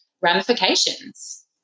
ramifications